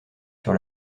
sur